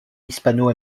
hispano